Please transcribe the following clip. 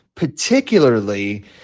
particularly